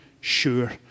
sure